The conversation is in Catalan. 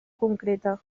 concreta